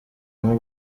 nko